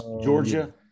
Georgia